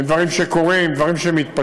הם דברים שקורים, דברים שמתפתחים.